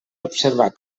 observar